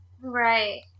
Right